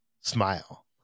Smile